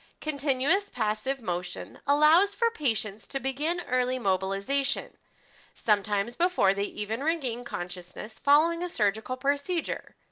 continuous passive motion allows for patients to begin early mobilization sometimes before the even ringing consciousness following a surgical procedure.